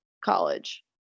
college